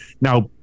now